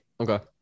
Okay